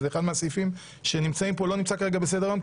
אחד מהסעיפים שנמצאים פה לא נמצא כרגע בסדר-היום,